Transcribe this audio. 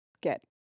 get